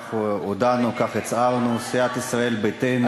כך הודענו, כך הצהרנו, סיעת ישראל ביתנו.